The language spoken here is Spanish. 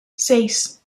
seis